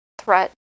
Threat